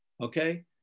okay